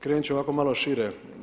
Krenuti ću ovako malo šire.